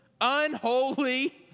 unholy